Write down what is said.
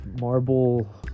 marble